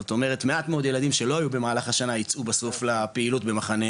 זאת אומרת מעט מאוד ילדים שלא היו במהלך השנה ייצאו בסוף לפעילות במחנה